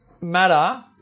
matter